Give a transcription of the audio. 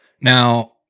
Now